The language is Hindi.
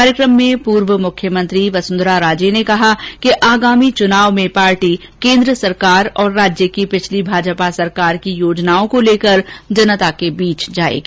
कार्यक्रम में पूर्व मुख्यमंत्री वसुंधरा राजे ने कहा कि आगामी चुनाव में पार्टी केंद्र सरकार और राज्य की पिछली भाजपा सरकार की योजनाओं को लेकर जनता के बीच जायेगी